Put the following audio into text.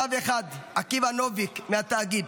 כתב אחד, עקיבא נוביק מהתאגיד,